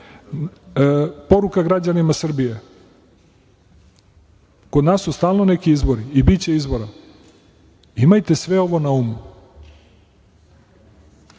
građani Srbije – kod nas su stalno neki izbori i biće izbora, imajte sve ovo na umu.